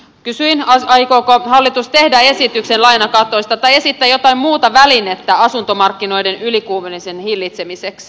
kysyin aikooko hallitus tehdä esityksen lainakatoista tai esittää jotain muuta välinettä asuntomarkkinoiden ylikuumenemisen hillitsemiseksi